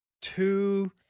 two